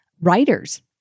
writers